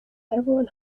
everyone